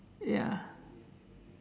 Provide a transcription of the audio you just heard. ya